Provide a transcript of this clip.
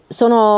sono